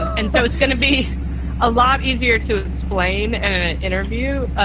and so it's going to be a lot easier to explain in an ah interview. ah